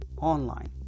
online